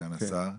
סגן השר,